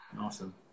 awesome